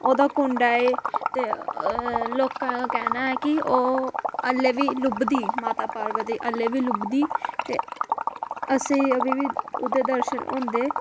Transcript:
ओह्दा कुंड ऐ एह् ते लोकां कहना की ओह् अल्ले बी लुबदी माता पार्वती अल्ले बी लुबदी ते असें अभी बी उद्धर दर्शन होंदे